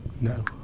No